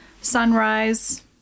sunrise